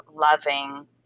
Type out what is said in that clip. loving